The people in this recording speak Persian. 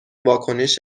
واکنش